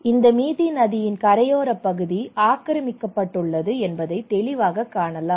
இங்கு மிதி நதியின் கரையோரப் பகுதி ஆக்கிரமிக்கப்பட்டுள்ளது என்பதை தெளிவாக காணலாம்